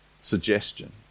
suggestion